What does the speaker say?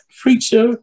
preacher